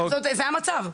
זה המצב.